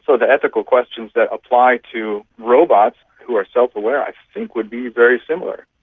so the ethical questions that apply to robots who are self-aware i think would be very similar.